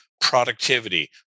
productivity